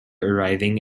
arriving